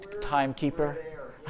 timekeeper